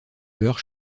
beurre